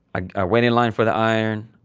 i wait in line for the iron.